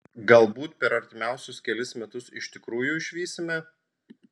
galbūt per artimiausius kelis metus iš tikrųjų išvysime